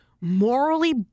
morally